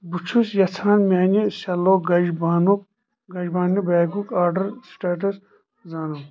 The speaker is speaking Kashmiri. بہٕ چھُس یژھان میٛانہِ سٮ۪لو گنٛج بانُک گنٛج بانہِ بیگُک آرڈر سٹیٹَس زانُن